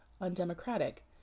undemocratic